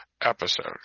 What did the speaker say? episode